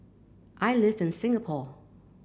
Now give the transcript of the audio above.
I live in Singapore